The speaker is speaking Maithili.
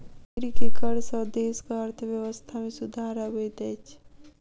नागरिक के कर सॅ देसक अर्थव्यवस्था में सुधार अबैत अछि